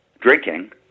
drinking